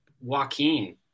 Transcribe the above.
Joaquin